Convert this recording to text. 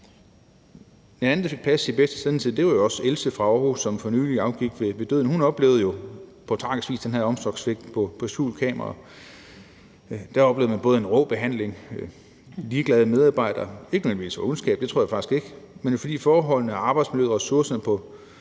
En anden, der også fik plads i den bedste sendetid, var jo Else fra Aarhus, som for nylig afgik ved døden. Hun oplevede jo på tragisk vis det her omsorgssvigt, og det var på skjult kamera. Man oplevede både en rå behandling, ligeglade medarbejdere, ikke nødvendigvis på grund af ondskab – det tror jeg faktisk ikke – men fordi forholdene og arbejdsmiljøet og ressourcerne